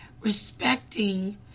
respecting